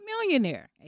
millionaire